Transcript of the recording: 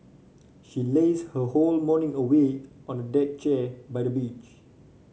she lazed her whole morning away on a deck chair by the beach